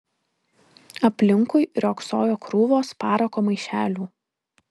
aplinkui riogsojo krūvos parako maišelių